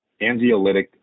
anxiolytic